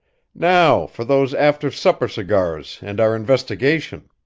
now for those after-supper cigars and our investigation.